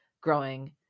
growing